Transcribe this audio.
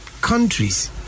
countries